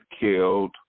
killed